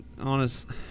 Honest